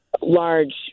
large